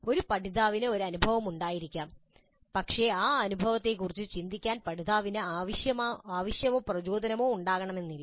ഒരു പഠിതാവിന് ഒരു അനുഭവം ഉണ്ടായിരിക്കാം പക്ഷേ ആ അനുഭവത്തെക്കുറിച്ച് ചിന്തിക്കാൻ പഠിതാവിന് ആവശ്യമോ പ്രചോദനമോ ഉണ്ടാകണമെന്നില്ല